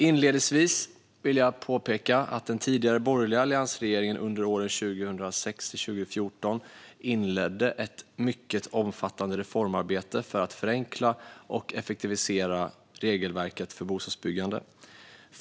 Inledningsvis vill jag påpeka att den tidigare borgerliga alliansregeringen under åren 2006-2014 inledde ett mycket omfattande reformarbete för att förenkla och effektivisera regelverket för bostadsbyggande.